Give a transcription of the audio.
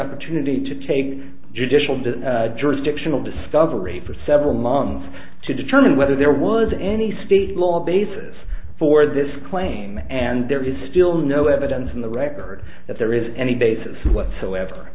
opportunity to take judicial didn't jurisdictional discovery for several months to determine whether there was any state law basis for this claim and there is still no evidence in the record that there is any basis whatsoever